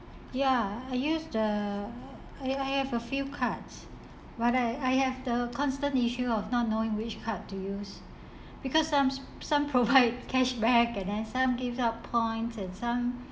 ya I use the I I have a few cards but I I have the constant issue of not knowing which card to use because some some provide cashback and then some gives out points and some